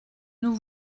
nous